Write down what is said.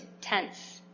tense